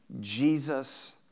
Jesus